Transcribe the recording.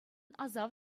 асав